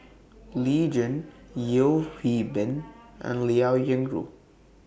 Lee Tjin Yeo Hwee Bin and Liao Yingru